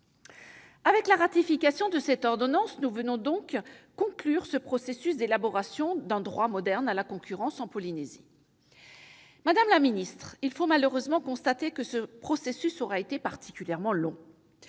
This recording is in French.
Avec la ratification de cette ordonnance, nous venons donc conclure ce processus d'élaboration d'un droit moderne de la concurrence en Polynésie. Madame la ministre, il nous faut malheureusement constater que ce processus aura été particulièrement long